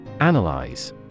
Analyze